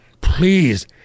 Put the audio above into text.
Please